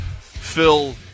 Phil